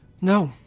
No